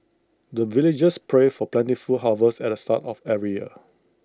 the villagers pray for plentiful harvest at the start of every year